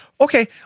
Okay